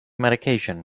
medication